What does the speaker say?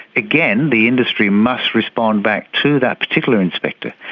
again, the industry must respond back to that particular inspector.